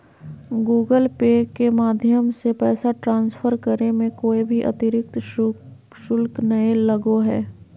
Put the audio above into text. Google Pay के माध्यम से पैसा ट्रांसफर करे मे कोय भी अतरिक्त शुल्क नय लगो हय